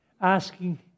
asking